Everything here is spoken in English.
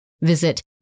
visit